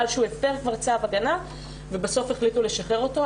שהוא הפר צו הגנה ובסוף החליטו לשחרר אותו.